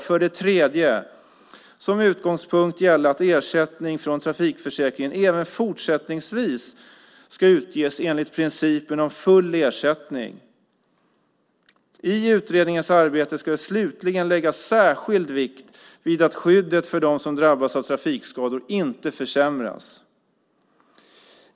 För det tredje ska som utgångspunkt gälla att ersättning från trafikförsäkringen även fortsättningsvis ska utges enligt principen om full ersättning. Slutligen ska i utredningens arbete läggas särskild vikt vid att skyddet för dem som drabbas av trafikskador inte försämras.